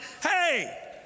Hey